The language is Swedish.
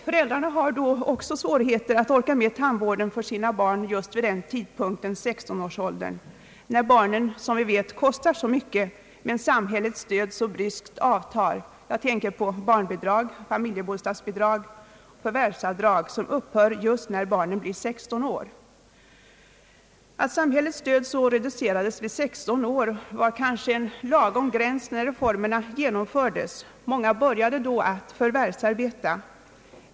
Föräldrarna har också svårigheter att orka med kostnaderna för tandvård för sina barn just när de är i 16-årsåldern och kostar så mycket, och då samtidigt samhällets stöd så bryskt avtar. Jag tänker på barnbidrag, familjebostadsbidrag och förvärvsavdrag, som upphör just när barnen fyllt 16 år. Att samhällets stöd så reduceras när barnet fyllt 16 år var kanske en lagom gräns när reformerna genomfördes; många började ett förvärvsarbete då.